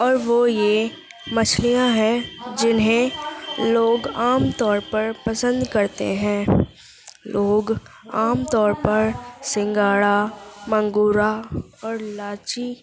اور وہ یہ مچھلیاں ہیں جنہیں لوگ عام طور پر پسند کرتے ہیں لوگ عام طور پر سنگھارا مانگورا اور لاچی